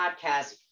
podcast